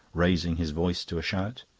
raising his voice to a shout.